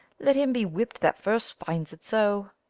let him be whipp'd that first finds it so.